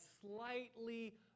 slightly